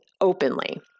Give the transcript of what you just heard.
openly